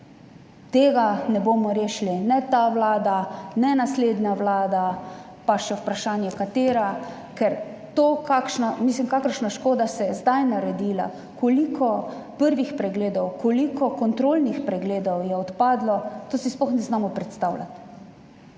tega ne bomo rešili, ne ta vlada, ne naslednja vlada, pa še vprašanje, katera, ker to, kakšna škoda se je zdaj naredila, koliko prvih pregledov, koliko kontrolnih pregledov je odpadlo, tega si sploh ne znamo predstavljati.